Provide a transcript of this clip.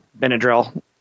Benadryl